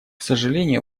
сожалению